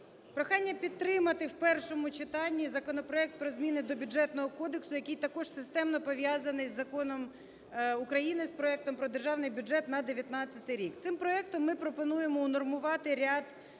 Прохання підтримати в першому читанні законопроект про зміни до Бюджетного кодексу, який також системно пов'язаний із Законом України, з проектом, про Державний бюджет на 2019 рік. Цим проектом ми пропонуємо унормувати ряд